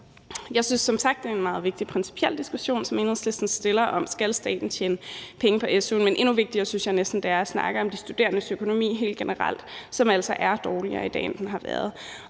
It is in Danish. Jeg synes som sagt, at det er en meget vigtig og principiel diskussion, som Enhedslisten rejser, nemlig om staten skal tjene penge på su-lån, men endnu vigtigere synes jeg næsten det er at snakke om de studerendes økonomi helt generelt, som altså er dårligere i dag, end den har været